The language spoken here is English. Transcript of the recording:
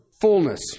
Fullness